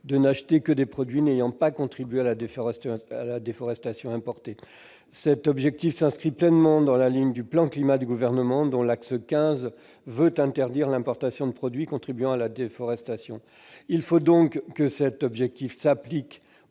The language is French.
de n'acheter que des produits n'ayant pas contribué à la déforestation importée. Cet objectif s'inscrit pleinement dans la lignée du plan Climat, dont l'axe 15 entend interdire l'importation de produits contribuant à la déforestation. Il faut donc que cet objectif s'applique